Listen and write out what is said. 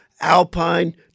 Alpine